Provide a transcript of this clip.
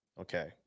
Okay